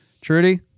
Trudy